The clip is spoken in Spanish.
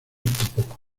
tampoco